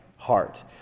heart